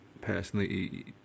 personally